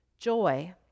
joy